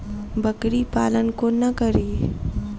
बकरी पालन कोना करि?